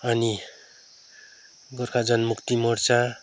अनि गोर्खा जनमुक्ति मोर्चा